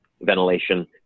ventilation